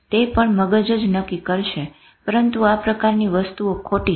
તે પણ મગજ જ નક્કી કરશે પરંતુ આ પ્રકારની વસ્તુઓ ખોટી છે